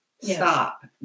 Stop